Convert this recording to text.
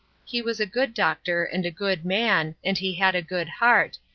he was a good doctor and a good man, and he had a good heart,